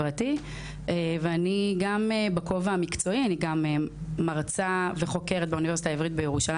אני גם בקואליציה לקידום חוק איסור צריכת